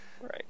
Right